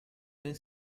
deben